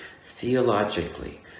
theologically